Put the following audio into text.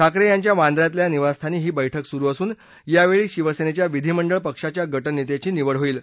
ठाकरे यांच्या बांद्रयातल्या निवासस्थानी ही बैठक सुरु असून यावेळी शिवसेनेच्या विधीमंडळ पक्षाच्या गटनेत्याची निवड होईल